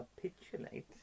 capitulate